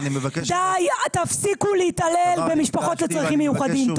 דיי, תפסיקו להתעלל במשפחות לצרכים מיוחדים.